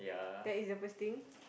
that is the first thing